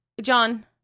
John